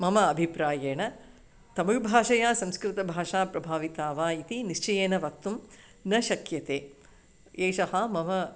मम अभिप्रायेन तमिळ्भाषया संस्कृतभाषा प्रभाविता वा इति निश्चयेन वक्तुं न शक्यते एषः मम